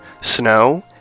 Snow